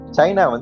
China